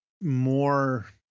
more